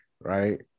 right